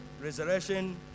Resurrection